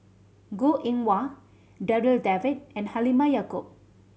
Goh Eng Wah Darryl David and Halimah Yacob